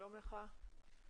שלום לך.